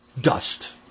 dust